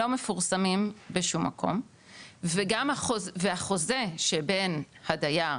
לא מפורסמים בשום מקום והחוזה שבין הדייר,